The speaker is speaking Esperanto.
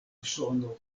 usono